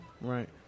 Right